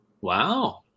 Wow